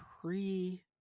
pre